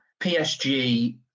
PSG